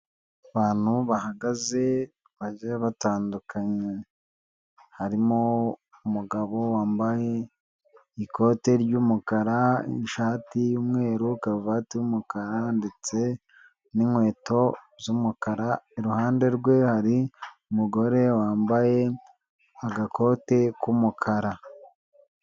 Abantu bahagaze bagiye batandukanye harimo umugabo wambaye ikote ry'umukara, ishati y'umweru, karuvati y'umukara ndetse n'inkweto z'umukara, iruhande rwe hari umugore wambaye agakote k'umukara.